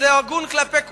זה הגון כלפי כולם.